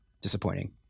disappointing